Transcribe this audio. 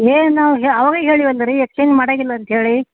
ಏ ನಾವು ಆವಾಗ ಹೇಳಿವಲ್ಲ ರೀ ಎಕ್ಸ್ಚೇಂಜ್ ಮಾಡೋಂಗಿಲ್ಲ ಅಂತ ಹೇಳಿ